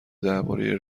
درباره